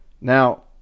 Now